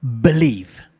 believe